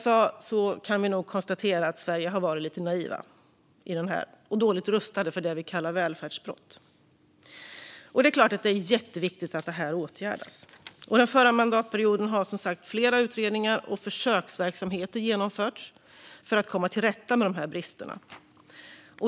Vi kan nog konstatera att Sverige har varit lite naivt i det här och dåligt rustat för det vi kallar välfärdsbrott, och det är klart att det är jätteviktigt att detta åtgärdas. Den förra mandatperioden genomfördes flera utredningar och försöksverksamheter för att komma till rätta med dessa brister.